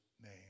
name